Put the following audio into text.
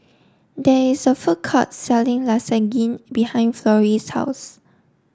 there is a food court selling Lasagne behind Florrie's house